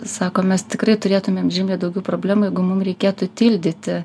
sako mes tikrai turėtumėm žymiai daugiau problemų jeigu mums reikėtų tildyti